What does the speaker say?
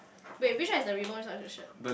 wait which one is the ribbon which one is the shirt